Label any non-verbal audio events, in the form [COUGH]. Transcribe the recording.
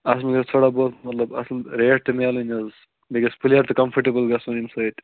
[UNINTELLIGIBLE] تھوڑا بہت مطلب اَصٕل ریٹ تہِ مِلٕنۍ حظ بیٚیہِ گَژھِ پٕلیر تہِ کمفٲٹیبل گَژھُن امہِ سۭتۍ